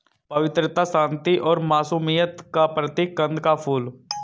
पवित्रता, शांति और मासूमियत का प्रतीक है कंद का फूल